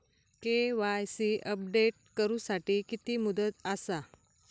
KYC update करू साठी किती मुदत आसा?